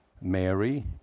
Mary